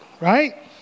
right